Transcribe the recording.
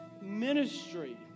ministry